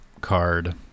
card